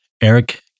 Eric